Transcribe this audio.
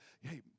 hey